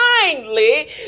kindly